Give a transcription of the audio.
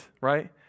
right